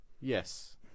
yes